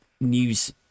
news